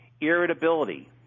irritability